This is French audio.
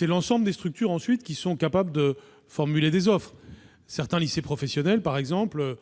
Dorénavant, toutes les structures sont capables de formuler des offres. Certains lycées professionnels, par exemple,